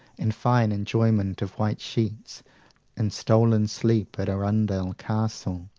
and fine enjoyment of white sheets in stolen sleep at arundel castle,